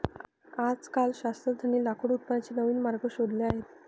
आजकाल शास्त्रज्ञांनी लाकूड उत्पादनाचे नवीन मार्ग शोधले आहेत